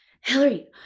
Hillary